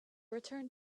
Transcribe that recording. return